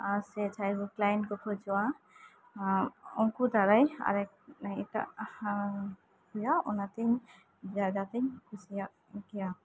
ᱟᱨ ᱥᱮ ᱡᱟᱦᱟᱸᱭ ᱠᱚ ᱯᱞᱟᱱ ᱠᱚ ᱠᱷᱚᱡᱚᱜᱼᱟ ᱩᱝᱠᱩ ᱫᱟᱨᱟᱭ ᱟᱨ ᱮᱴᱟᱜ ᱦᱩᱭᱩᱜᱼᱟ ᱚᱱᱟᱛᱤᱧ ᱡᱟᱭᱜᱟ ᱠᱚᱧ ᱠᱩᱥᱤᱭᱟᱜ ᱜᱮᱭᱟ